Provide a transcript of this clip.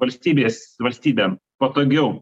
valstybės valstybėm patogiau